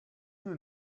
you